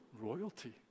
royalty